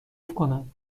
کنم